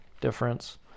difference